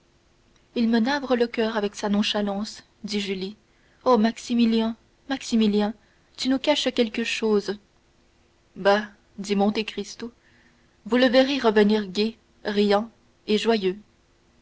il me navre le coeur avec sa nonchalance dit julie oh maximilien maximilien tu nous caches quelque chose bah dit monte cristo vous le verrez revenir gai riant et joyeux